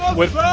with.